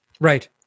Right